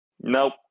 Nope